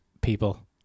people